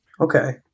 Okay